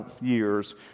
years